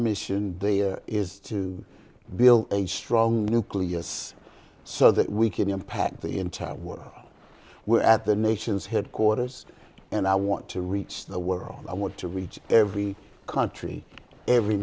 mission is to build a strong nucleus so that we can impact the entire world we're at the nations headquarters and i want to reach the world i want to reach every country every